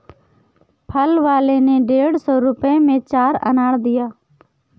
फल वाले ने डेढ़ सौ रुपए में चार अनार दिया